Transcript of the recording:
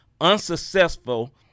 unsuccessful